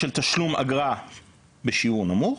של תשלום אגרה בשיעור נמוך,